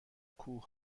کوه